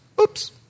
Oops